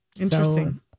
Interesting